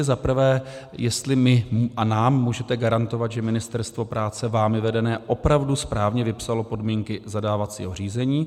Zaprvé, jestli mně a nám můžete garantovat, že ministerstvo práce vámi vedené opravdu správně vypsalo podmínky zadávacího řízení.